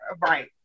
Right